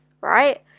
right